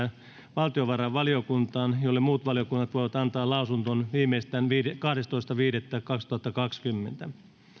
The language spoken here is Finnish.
valtiovarainvaliokuntaan jolle muut valiokunnat voivat antaa lausunnon viimeistään kahdestoista viidettä kaksituhattakaksikymmentä